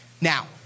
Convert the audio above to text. Now